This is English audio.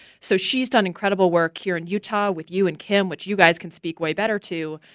so she's done incredible work here in utah with you and kim, which you guys can speak way better to,